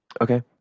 Okay